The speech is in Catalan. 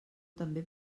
també